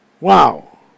wow